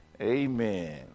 Amen